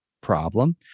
Problem